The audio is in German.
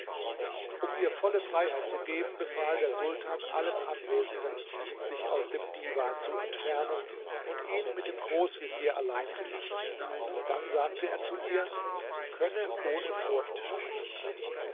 um ihr volle freiheit zu geben befahl der sultan allen anwesenden sich aus dem divan zu entfernen und ihn mit dem großvezier allein zu lassen dann sagte er zu ihr sie könne ohne furcht sprechen